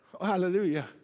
Hallelujah